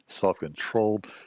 self-controlled